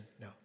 No